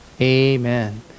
amen